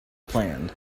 planned